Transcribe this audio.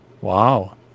Wow